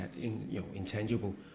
intangible